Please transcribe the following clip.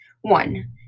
One